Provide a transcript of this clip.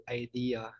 idea